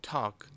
Talk